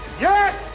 Yes